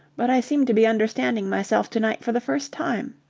but i seem to be understanding myself to-night for the first time.